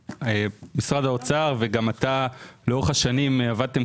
משרד האוצר וגם אתה לאורך השנים עבדתם